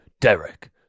Derek